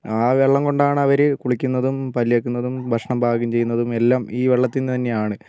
ആ വെള്ളം കൊണ്ടാണ് അവർ കുളിക്കുന്നതും പല്ലുതേക്കുന്നതും ഭക്ഷണം പാകംചെയ്യുന്നതും എല്ലാം ഈ വെള്ളത്തിൽ നിന്ന് തന്നെയാണ്